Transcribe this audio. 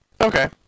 Okay